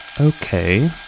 Okay